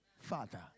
father